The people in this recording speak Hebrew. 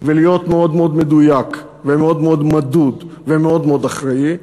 ולהיות מאוד מאוד מדויק ומאוד מאוד מדוד ומאוד מאוד אחראי,